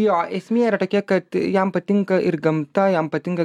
jo esmė yra tokia kad jam patinka ir gamta jam patinka